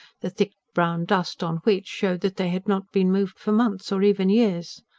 the thick brown dust on which showed that they had not been moved for months or even years.